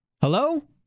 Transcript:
Hello